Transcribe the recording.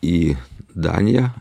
į daniją